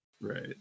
Right